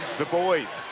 the boys.